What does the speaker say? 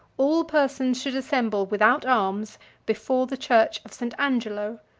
all persons should assemble without arms before the church of st. angelo,